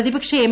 പ്രതിപക്ഷ എം